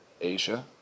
Asia